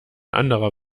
anderer